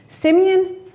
simeon